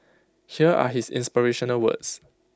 here are his inspirational words